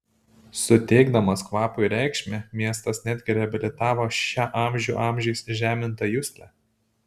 suteikdamas kvapui reikšmę miestas netgi reabilitavo šią amžių amžiais žemintą juslę